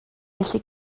felly